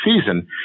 season